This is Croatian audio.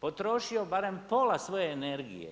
potrošio barem pola svoje energije